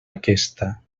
aquesta